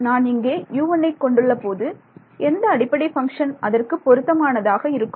நான் இங்கே U1ஐ கொண்டுள்ள போது எந்த அடிப்படை பங்க்ஷன் அதற்கு பொருத்தமானதாக இருக்கும்